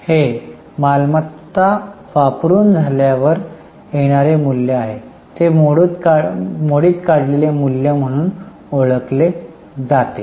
हे मालमत्ता वापरून झाल्यावर येणारे मूल्य आहे ते मोडीत काढलेले मूल्य म्हणून ओळखले जाते